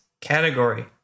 category